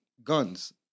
guns